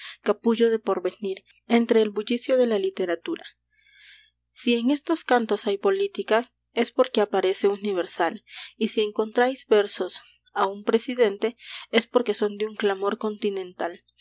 capullo de porvenir entre el bullicio de la literatura si en estos cantos hay política es porque aparece universal y si encontráis versos a un presidente es porque son un clamor continental